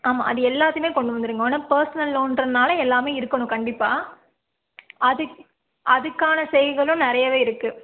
ஆமாம் அது எல்லாத்தையுமே கொண்டு வந்துருங்க ஆனால் பர்ஸ்னல் லோன்றதுனால எல்லாமே இருக்கணும் கண்டிப்பாக அதுக் அதுக்கான செயல்களும் நிறையவே இருக்கு